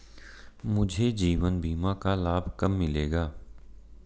मुझे जीवन बीमा का लाभ कब मिलेगा?